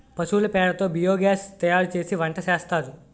పశువుల పేడ తో బియోగాస్ తయారుసేసి వంటసేస్తారు